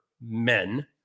men